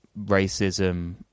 racism